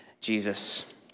Jesus